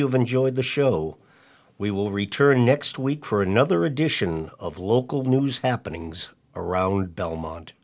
have enjoyed the show we will return next week for another edition of local news happenings around belmont